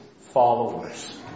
followers